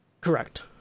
Correct